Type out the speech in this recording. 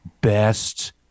Best